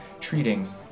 treating